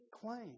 claim